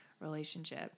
relationship